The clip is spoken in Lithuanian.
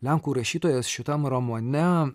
lenkų rašytojas šitam romane